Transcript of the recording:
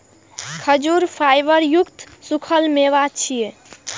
खजूर फाइबर युक्त सूखल मेवा छियै